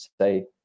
say